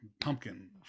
pumpkin